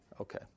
okay